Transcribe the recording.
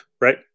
right